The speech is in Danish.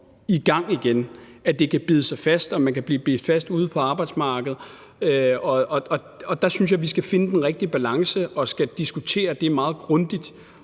i gang igen. Det kan bide sig fast, og man kan blive bidt fast ude på arbejdsmarkedet. Der synes jeg, at vi skal finde den rette balance og skal diskutere meget grundigt,